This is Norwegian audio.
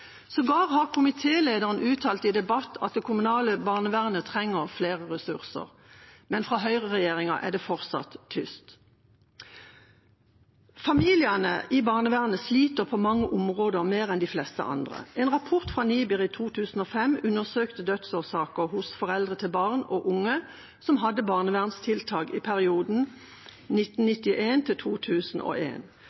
Sågar har komitélederen uttalt i debatt at det kommunale barnevernet trenger flere ressurser. Men fra høyreregjeringa er det fortsatt tyst. Familiene i barnevernet sliter på mange områder mer enn de fleste andre. En rapport fra NIBR i 2005 undersøkte dødsårsaker hos foreldre til barn og unge som hadde barnevernstiltak i perioden